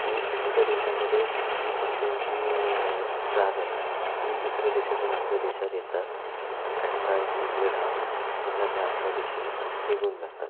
की थंडीच्या दिवसांमध्ये ही पक्ष्यांची जात आहे ही दुसऱ्या देशातून आपल्या देशात येतात आणि काही काळ ती इकडे राहून पुन्हा ते आपल्या देशी निघून जातात